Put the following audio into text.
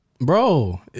Bro